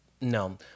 no